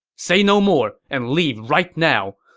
say no more, and leave right now.